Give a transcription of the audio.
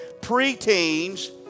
pre-teens